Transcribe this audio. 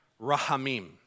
rahamim